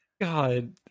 God